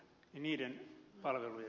herra puhemies